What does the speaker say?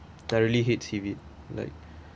I really hate seaweed like